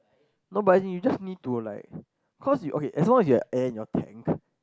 no but as in you just need to like cause you okay as long as you have air in your tank